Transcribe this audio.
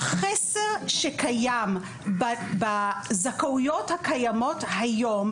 החסר שקיים בזכאויות הקיימות היום,